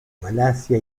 malasia